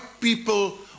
people